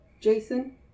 Jason